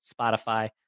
Spotify